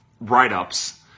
write-ups